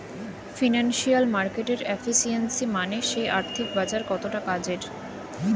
financial মার্কেটের efficiency মানে সেই আর্থিক বাজার কতটা কাজের